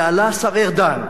ועלה השר ארדן,